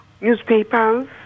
newspapers